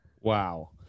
Wow